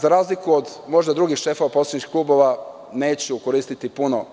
Za razliku od drugih šefova poslaničkih klubova, ja neću koristiti puno